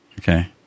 Okay